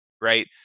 right